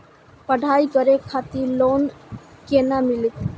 पढ़ाई करे खातिर लोन केना मिलत?